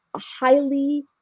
highly